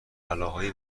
بلاهای